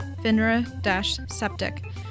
FINRA-SEPTIC